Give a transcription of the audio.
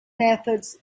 methods